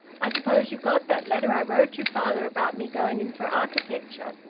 i suppose you got that letter i wrote you, father, about me going in for architecture,